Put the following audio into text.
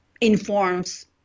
informs